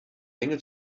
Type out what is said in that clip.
länge